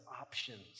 options